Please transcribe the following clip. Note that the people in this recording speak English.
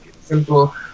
simple